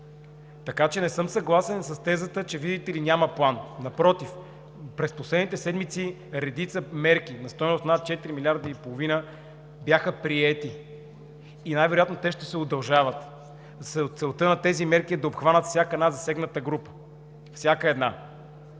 март. Не съм съгласен с тезата, че, видите ли, няма план. Напротив, през последните седмици редица мерки на стойност над 4 милиарда и половина бяха приети. Най-вероятно те ще се удължават. Целта на тези мерки е да обхванат всяка една засегната група. Всяка една!